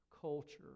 culture